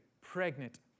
pregnant